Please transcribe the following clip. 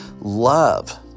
Love